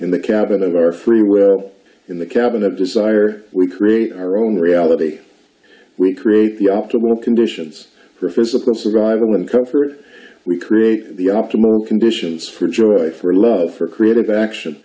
in the cabin of our free will in the cabin of desire we create our own reality we create the optimal conditions for physical survival and comfort we create the optimal conditions for joy for love for creative action